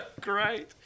great